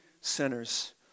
sinners